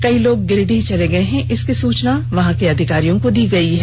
कई लोग गिरिडीह चले गए हैं इसकी सूचना वहां के अधिकारियों को दी गई है